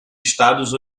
estados